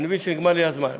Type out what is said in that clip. אני מבין שנגמר לי הזמן.